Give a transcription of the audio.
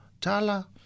Tala